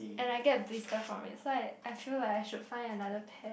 and I get blister from it so I I feel like I should find another pair